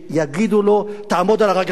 שיגידו לו: תעמוד על הרגליים,